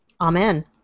Amen